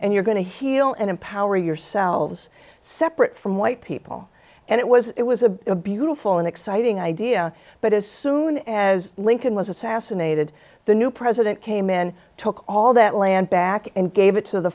and you're going to heal and empower yourselves separate from white people and it was it was a beautiful and exciting idea but as soon as lincoln was assassinated the new president came in took all that land back and gave it to the